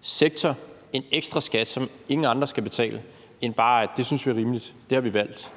sektor en ekstra skat, som ingen andre skal betale, må være mere end bare den, at det synes vi er rimeligt, det har vi valgt.